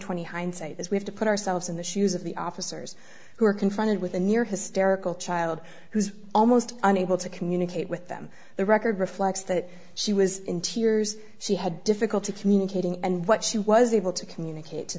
twenty hindsight as we have to put ourselves in the shoes of the officers who are confronted with a near hysterical child who's almost unable to communicate with them the record reflects that she was in tears she had difficulty communicating and what she was able to communicate to